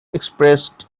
expressed